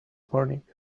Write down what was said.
morning